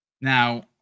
Now